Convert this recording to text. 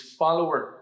follower